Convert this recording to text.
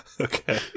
Okay